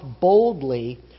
boldly